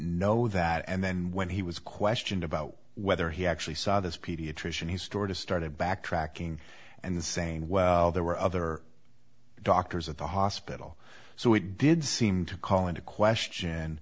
know that and then when he was questioned about whether he actually saw this pediatrician he stored a started backtracking and saying well there were other doctors at the hospital so it did seem to call into question